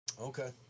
Okay